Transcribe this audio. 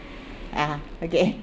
ya okay